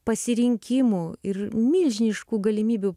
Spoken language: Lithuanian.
pasirinkimų ir milžiniškų galimybių